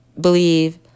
believe